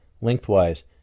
lengthwise